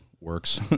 works